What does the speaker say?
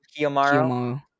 Kiyomaro